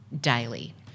daily